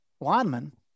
lineman